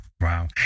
Wow